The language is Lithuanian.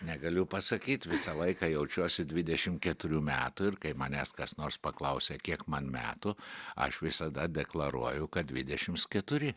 negaliu pasakyt visą laiką jaučiuosi dvidešim keturių metų ir kai manęs kas nors paklausia kiek man metų aš visada deklaruoju kad dvidešims keturi